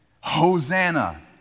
Hosanna